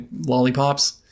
lollipops